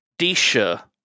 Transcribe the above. Disha